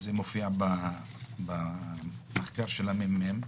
זה מופיע במחקר של הממ"מ